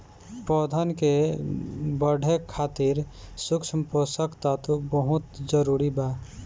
पौधन के बढ़े खातिर सूक्ष्म पोषक तत्व बहुत जरूरी बा